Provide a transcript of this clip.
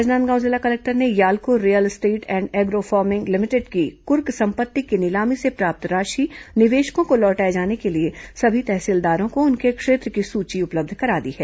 राजनांदगांव जिला कलेक्टर ने Yalco real estate and agro farming limited की कुर्क संपत्ति की नीलामी से प्राप्त राशि निवेशकों को लौटाए जाने के लिए सभी तहसीलदारों को उनके क्षेत्र की सूची उपलब्ध करा दी है